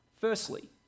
Firstly